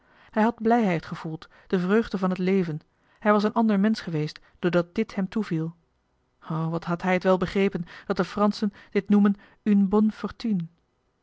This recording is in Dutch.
hij had blijheid gevoeld de vreugde van het leven hij was een ander mensch geweest doordat dit hem toeviel o wat had hij het wel begrepen dat de franschen dit noemen une bonne fortune